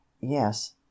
Yes